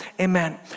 Amen